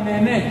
אני נהנה.